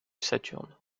saturne